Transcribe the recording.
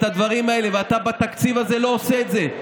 את הדברים האלה, ובתקציב הזה אתה לא עושה את זה.